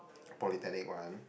polytechnic one